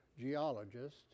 geologist